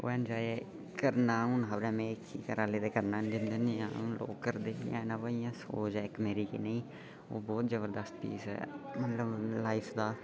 enjoy ते करना गै होंदा ऐ घरा आह्ले ते करन नी दिंदे इक सोच ऐ मेरी के एह् बहुत जबरदस्त चीज ऐ